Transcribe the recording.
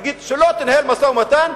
נגיד שלא תנהל משא-ומתן,